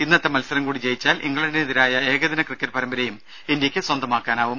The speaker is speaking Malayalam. ഇന്നത്തെ മത്സരം കൂടി ജയിച്ചാൽ ഇംഗ്ലണ്ടിനെതിരായ ഏകദിന ക്രിക്കറ്റ് പരമ്പരയും ഇന്ത്യയ്ക്ക് സ്വന്തമാക്കാനാവും